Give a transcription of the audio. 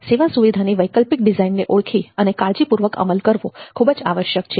સેવા સુવિધાની વૈકલ્પિક ડિઝાઇનને ઓળખી અને કાળજી પૂર્વક અમલ કરવો ખૂબ જ આવશ્યક છે